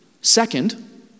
Second